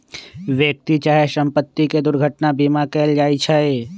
व्यक्ति चाहे संपत्ति के दुर्घटना बीमा कएल जाइ छइ